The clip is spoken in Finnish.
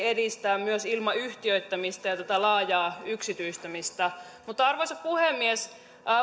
edistää myös ilman yhtiöittämistä ja tätä laajaa yksityistämistä arvoisa puhemies